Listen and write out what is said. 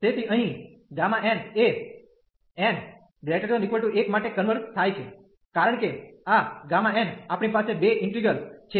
તેથી અહીં Γ એ n≥1 માટે કન્વર્ઝ થાય છે કારણ કે આ Γ આપણી પાસે બે ઈન્ટિગ્રલ છે